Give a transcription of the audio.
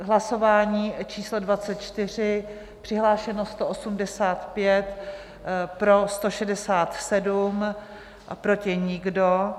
Hlasování číslo 24, přihlášeno 185, pro 167, proti nikdo.